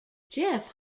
jeff